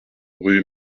rue